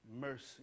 mercy